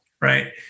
right